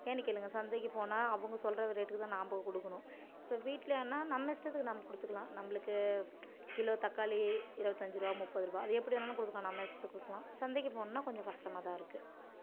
ஏன்னு கேளுங்கள் சந்தைக்கு போனால் அவங்க சொல்கிற ரேட்டுக்கு தான் நம்ப கொடுக்குணும் இப்போ வீட்லேனா நம்ம இஷ்டத்துக்கு நம்ம கொடுத்துக்கலாம் நம்மளுக்கு கிலோ தக்காளி இருபத்தஞ்சி ரூபா முப்பது ரூபாய் அது எப்படி வேணாலும் கொடுத்துக்கலாம் நம்ம இஷ்டத்துக்கு கொடுக்கலாம் சந்தைக்கு போகணும்னா கொஞ்சம் கஷ்டமாக தான் இருக்கு